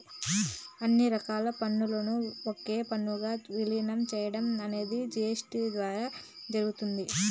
అన్ని రకాల పన్నులను ఒకే పన్నుగా విలీనం చేయడం అనేది జీ.ఎస్.టీ ద్వారా జరిగింది